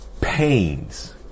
Pains